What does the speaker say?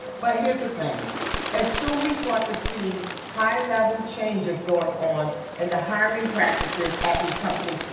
but here's the thing until we start to see high-level changes going on and the hiring practices at these companies.